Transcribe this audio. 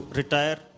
retire